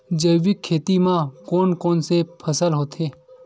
जैविक खेती म कोन कोन से फसल होथे?